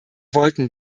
wollten